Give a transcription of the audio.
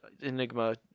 Enigma